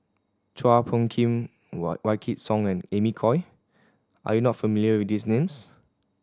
Chua Phung Kim Wykidd Song and Amy Khor are you not familiar with these names